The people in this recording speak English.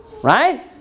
Right